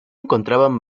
encontraban